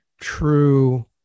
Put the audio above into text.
true